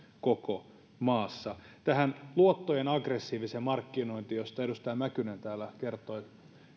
koko maassa luottojen aggressiivista markkinointia josta edustaja mäkynen täällä kertoi